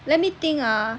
let me think ah